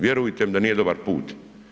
Vjerujte mi da nije dobar put.